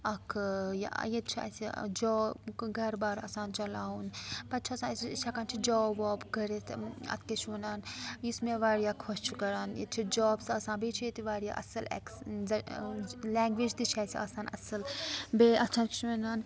اَکھ ٲں یہِ ییٚتہِ چھُ اسہِ جوٛاب گھرٕ بار آسان چَلاوُن پَتہٕ چھُ آسان اسہِ أسۍ ہیٚکان چھِ جوٛاب واب کٔرِتھ اۭں اَتھ کیٛاہ چھِ وَنان یُس مےٚ واریاہ خۄش چھُ کَران ییٚتہِ چھِ جوٛابٕس آسان بیٚیہِ چھِ ییٚتہِ واریاہ اصٕل ایٚکٕس لیٚنٛگویج تہِ چھِ اسہِ آسان اصٕل بیٚیہِ اَتھ چھِ وَنان